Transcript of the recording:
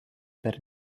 per